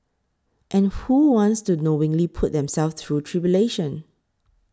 and who wants to knowingly put themselves through tribulation